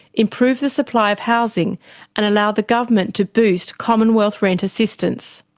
improve the supply of housing and allow the government to boost commonwealth rent assistance.